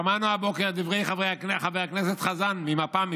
שמענו הבוקר את דברי חבר הכנסת חזן" ממפ"ם,